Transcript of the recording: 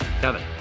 Kevin